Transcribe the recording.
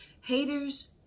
haters